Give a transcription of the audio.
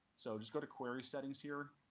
so just go to query settings here,